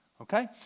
Okay